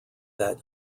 that